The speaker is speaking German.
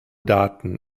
daten